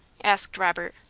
asked robert.